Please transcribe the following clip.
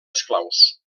esclaus